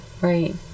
right